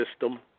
system